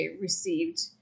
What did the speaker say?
received